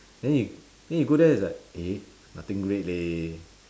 then you then you go there is like eh nothing great leh